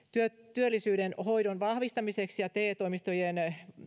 työllisyyden hoidon vahvistamiseksi ja te toimistojen